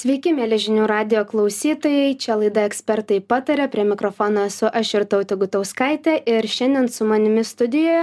sveiki mieli žinių radijo klausytojai čia laida ekspertai pataria prie mikrofono esu aš irtautė gutauskaitė ir šiandien su manimi studijoje